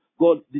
God